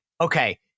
okay